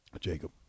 Jacob